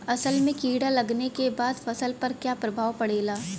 असल में कीड़ा लगने के बाद फसल पर क्या प्रभाव पड़ेगा?